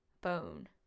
Bone